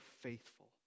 faithful